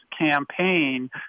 campaign